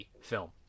film